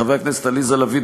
חברי הכנסת עליזה לביא,